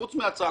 חוץ מהצעקות.